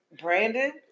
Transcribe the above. Brandon